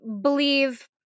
believe